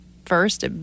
First